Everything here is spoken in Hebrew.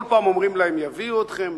כל פעם אומרים להם: יביאו אתכם,